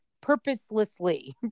Purposelessly